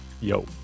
Yo